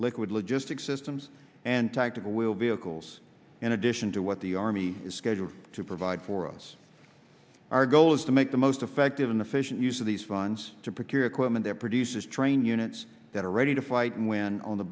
liquid logistics systems and tactical will vehicles in addition to what the army is scheduled to provide for us our goal is to make the most effective and efficient use of these funds to procure equipment that produces train units that are ready to fight and win on the